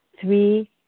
Three